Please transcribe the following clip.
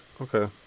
Okay